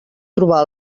trobar